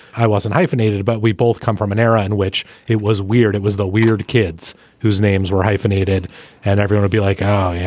i wasn't hyphenated, but we both come from an era in which it was weird. it was the weird kids whose names were hyphenated and everyone to be like that. yeah